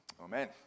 amen